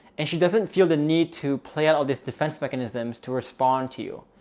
and she doesn't feel the need to play out all this defense mechanisms to respond to you.